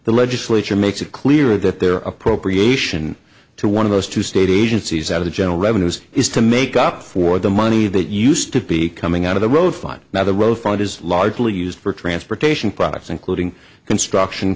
the legislature makes it clear that there are appropriate action to one of those two state agencies out of the general revenues is to make up for the money that used to be coming out of the road five now the road front is largely used for transportation products including construction